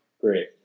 Great